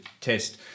test